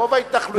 רוב ההתנחלויות,